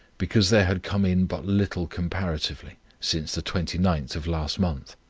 because there had come in but little comparatively, since the twenty ninth of last month.